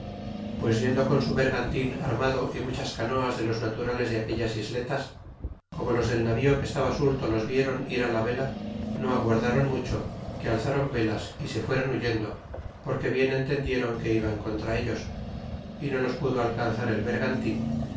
pues yendo con su vergautin arruado y muchas canoas de los naturales de aquellas isletas como los del navío que estaba surto los vieron ir la vela no aguardaron mucho que alzron velas y se fueron huyendo porque bien entendieron que iban contra ellos y no los pudo alcanzar el vergantin